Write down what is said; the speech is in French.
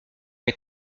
les